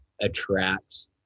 attracts